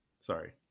Sorry